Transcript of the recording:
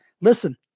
listen